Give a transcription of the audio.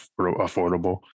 affordable